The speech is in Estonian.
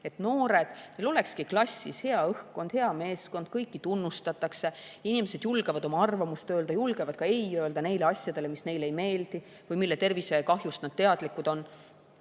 et klassis olekski noortel hea õhkkond, hea meeskond, kõiki tunnustatakse, inimesed julgevad oma arvamust välja öelda ja julgevad ka ei öelda neile asjadele, mis neile ei meeldi või mille tervisekahjust nad teadlikud on.